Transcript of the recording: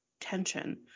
tension